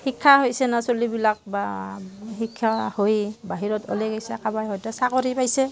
শিক্ষা হৈছে না ছলিবিলাক বা শিক্ষা হৈ বাহিৰত ওলাই গৈছে কোনোবাই হয়টো চাকৰি পাইছে